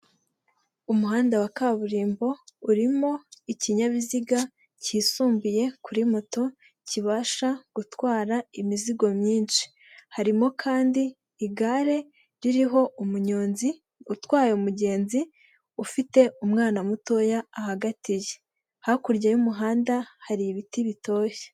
Umuhanda wa kaburimbo urimo ikinyabiziga cyisumbuye kuri moto kibasha gutwara imizigo myinshi harimo kandi igare ririho umunyonzi utwaye umugenzi ufite umwana mutoya ahagatiye. Hakurya y'umuhanda hari ibiti bitoshye.